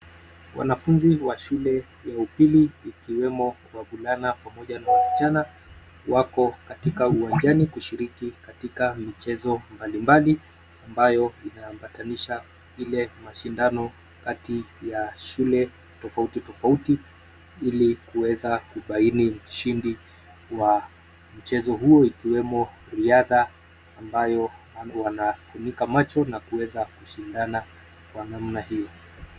Wanafunzi wa shule ya upili ikiwemo wavulana pamoja na wasichana wako katika uwanjani kushiriki katika michezo mbalimbali ambayo inaambatanisha ile mashindano kati ya shule tofautitofauti, ili kuweza kubaini mshindi wa mchezo huu ikiwemo riadha ambayo wangu wanafunika macho na kuweza kushindana kwa namna hio.